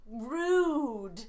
rude